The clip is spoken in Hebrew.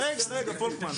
רגע, רגע, פולקמן.